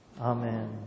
Amen